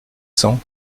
cents